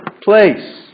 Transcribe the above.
place